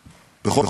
שם?